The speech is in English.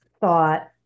thought